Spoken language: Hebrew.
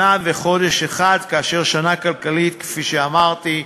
שנה וחודש אחד, כאשר שנה כלכלית, כפי שאמרתי,